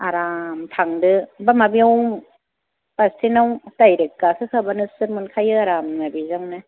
आराम थांदो माबायाव बास्टेनाव डाइरेक्ट गाखोखाबानो सिट मोनखायो आरामनो बेजोंनो